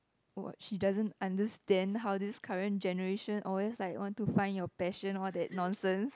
oh she doesn't understand how this current generation always like want to find your passion all that nonsense